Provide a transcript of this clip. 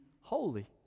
holy